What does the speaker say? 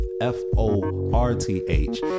F-O-R-T-H